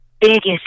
biggest